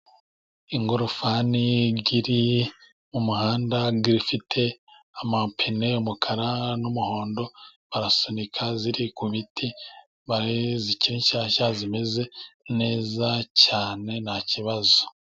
Ingorofani iri mu muhanda ifite amapine y'umukara n'umuhondo , barasunika ziri ku biti, zikiri nshyashya zimeze neza cyane nta kibazo.